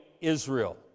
Israel